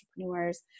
entrepreneurs